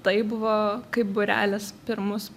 tai buvo kaip būrelis pirmus